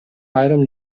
айрым